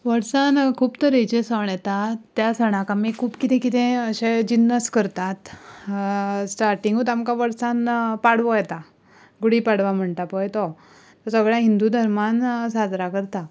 वर्सान खूब तरेचे सण येता त्या सणाक आमी खूब कितें कितें अशे जिनस करतात स्टार्टींगूच आमकां वर्सांत पाडवो येता गुडी पाडवा म्हणटा पळय तो सगळ्या हिंदू धर्मांत साजरा करता